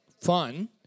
fun